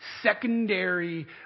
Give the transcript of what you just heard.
secondary